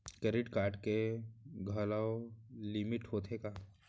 Credit card के घलव limit होथे का?